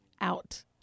out